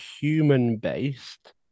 human-based